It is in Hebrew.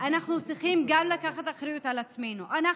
אנחנו צריכים גם לקחת אחריות על עצמנו, אנחנו,